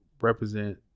represent